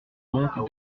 donc